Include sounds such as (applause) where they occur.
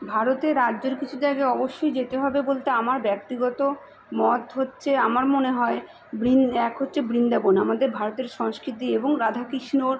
ভারতে রাজ্যর কিছু জায়গায় অবশ্যই যেতে হবে বলতে আমার ব্যক্তিগত মত হচ্ছে আমার মনে হয় (unintelligible) এক হচ্ছে বৃন্দাবন আমাদের ভারতের সংস্কৃতি এবং রাধাকৃষ্ণর